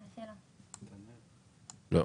גלי לא איתנו.